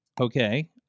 Okay